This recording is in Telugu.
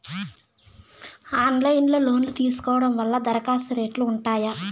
ఆన్లైన్ లో లోను తీసుకోవడం వల్ల దరఖాస్తు రేట్లు ఉంటాయా?